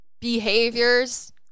behaviors